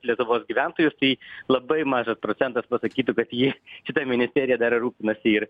lietuvos gyventojus tai labai mažas procentas pasakytų kad ji šita ministerija dar ir rūpinasi ir